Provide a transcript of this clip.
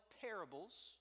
parables